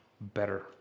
better